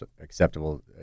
acceptable